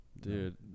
Dude